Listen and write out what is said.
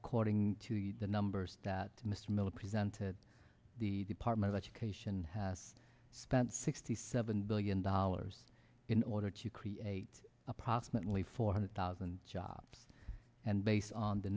according to the numbers that mr miller presented the department of education has spent sixty seven billion dollars in order to create approximately four hundred thousand jobs and based on the